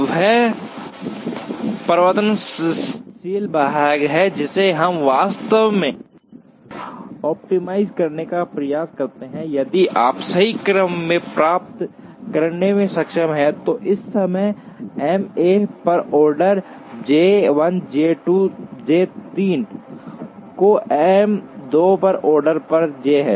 वह परिवर्तनशील भाग है जिसे हम वास्तव में ऑप्टिमाइज़ करने का प्रयास करते हैं यदि आप सही क्रम में प्राप्त करने में सक्षम हैं तो इस समय एम 1 पर ऑर्डर J 1 J 2 J 3 है M 2 पर ऑर्डर J है